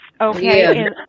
okay